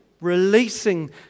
releasing